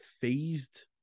phased